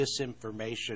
disinformation